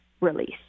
release